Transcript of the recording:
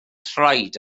traed